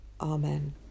Amen